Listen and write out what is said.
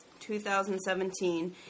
2017